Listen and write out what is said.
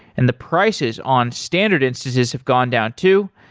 and the prices on standard instances have gone down too.